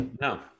No